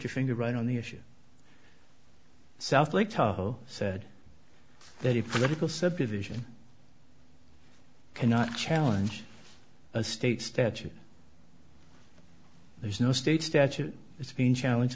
your finger right on the issue south lake tahoe said that it political subdivision cannot challenge a state statute there's no state statute it's been challenged